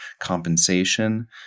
compensation